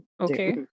Okay